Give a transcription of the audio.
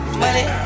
money